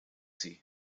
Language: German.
sie